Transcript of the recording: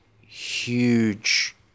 huge